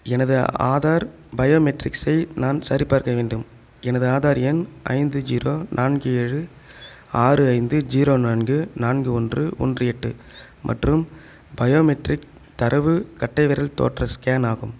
எனது ஆதார் பயோமெட்ரிக்ஸை நான் சரிபார்க்க வேண்டும் எனது ஆதார் எண் ஐந்து ஜீரோ நான்கு ஏழு ஆறு ஐந்து ஜீரோ நான்கு நான்கு ஒன்று ஒன்று எட்டு மற்றும் பயோமெட்ரிக் தரவு கட்டைவிரல் தோற்ற ஸ்கேன் ஆகும்